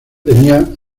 tenía